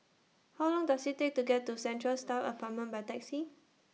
How Long Does IT Take to get to Central Staff Apartment By Taxi